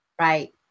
Right